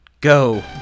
go